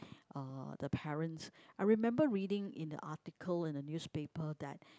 uh the parents I remember reading in the article in the newspaper that